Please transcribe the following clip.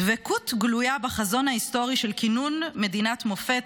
דבקות גלויה בחזון ההיסטורי של כינון מדינת מופת